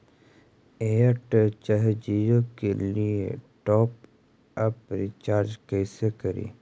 Airtel चाहे जियो के लिए टॉप अप रिचार्ज़ कैसे करी?